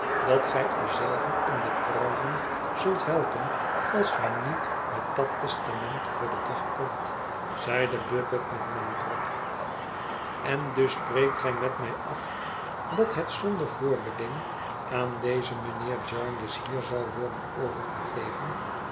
dat gij u zelven in de pruimen zult helpen als gij niet met dat testament voor den dag komt zeide bucket met nadruk en dus spreekt gij met mij af dat het zonder voorbeding aan dezen mijnheer jarndyce hier zal worden overgegeven